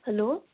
hello